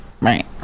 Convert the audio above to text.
right